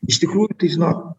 iš tikrųjų tai žinok